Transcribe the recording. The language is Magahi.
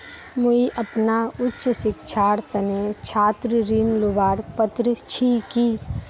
मुई अपना उच्च शिक्षार तने छात्र ऋण लुबार पत्र छि कि?